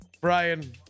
Brian